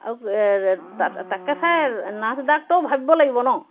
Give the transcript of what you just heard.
আও তাকে চাই নাৰ্চ ডাক্টৰেও ভাবিব লাগিব ন